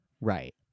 Right